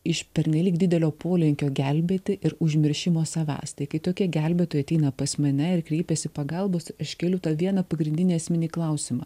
iš pernelyg didelio polinkio gelbėti ir užmiršimo savęs tai kai tokie gelbėtojai ateina pas mane ir kreipiasi pagalbos aš keliu tą vieną pagrindinį esminį klausimą